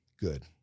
good